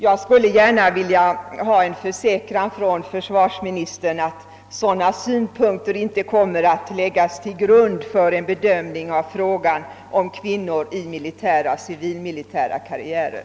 Jag skulle vilja ha en försäkran från försvarsministern att sådana negativa synpunkter inte kommer att läggas till grund för en bedömning av frågan om kvinnor i militära och civilmilitära karriärer.